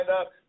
up